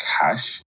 cash